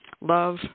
love